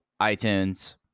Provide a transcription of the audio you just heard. itunes